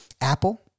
apple